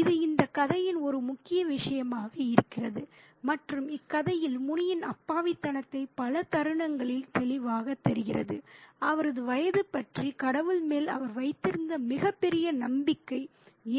இது இந்த கதையில் ஒரு முக்கிய விஷயமாக இருக்கிறது மற்றும் இக்கதையில் முனியின் அப்பாவித்தனத்தை பல தருணங்களில் தெளிவாகத் தெரிகிறது அவரது வயது பற்றி கடவுள் மேல் அவர் வைத்திருந்த மிகப்பெரிய நம்பிக்கை